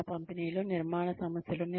శిక్షణ పంపిణీలో నిర్మాణ సమస్యలు